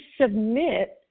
submit